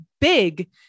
big